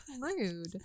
Rude